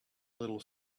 little